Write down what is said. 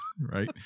right